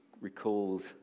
recalled